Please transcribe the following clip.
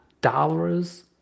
dollars